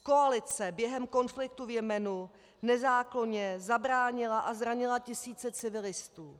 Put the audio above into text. Koalice během konfliktu v Jemenu nezákonně zabránila a zranila tisíce civilistů.